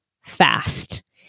fast